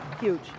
huge